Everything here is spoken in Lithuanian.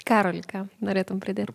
karoli ką norėtum pridėt